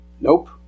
Nope